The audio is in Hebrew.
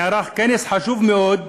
נערך כנס חשוב מאוד,